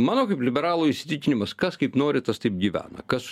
mano kaip liberalo įsitikinimas kas kaip nori tas taip gyvena kas